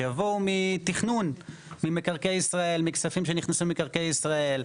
שיבואו מתכנון ממקרקעי ישראל מכספים שנכנסים למקרקעי ישראל,